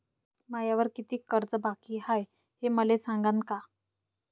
मायावर कितीक कर्ज बाकी हाय, हे मले सांगान का?